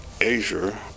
Asia